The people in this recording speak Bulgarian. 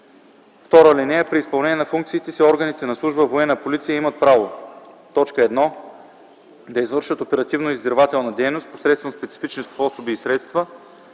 (2) При изпълнение на функциите си органите на служба „Военна полиция” имат право: 1. да извършват оперативно издирвателна дейност посредством специфични способи и средства,